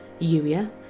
Yuya